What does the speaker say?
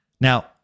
Now